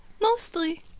Mostly